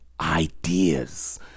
ideas